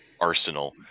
arsenal